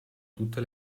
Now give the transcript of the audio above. tutte